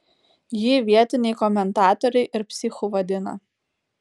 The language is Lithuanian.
jį vietiniai komentatoriai ir psichu vadina